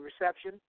reception